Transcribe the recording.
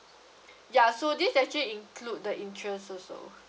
ya so this actually include the insurance also